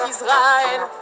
Israel